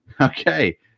Okay